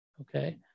okay